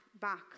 back